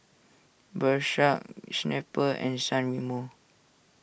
Snapple and San Remo